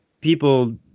people